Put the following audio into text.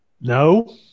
no